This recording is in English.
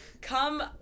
come